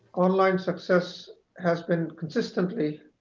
online success has been consistently